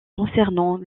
concernant